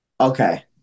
Okay